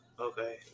Okay